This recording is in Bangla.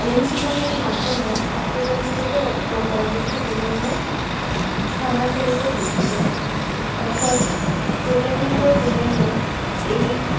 অনুশীলনের মাধ্যমে এক প্রজন্ম থেকে পরবর্তী প্রজন্মে স্থানান্তরিত হচ্ছে অর্থাৎ প্রজন্মের পর প্রজন্ম এই